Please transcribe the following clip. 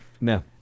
No